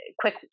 quick